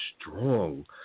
strong